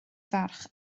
ferch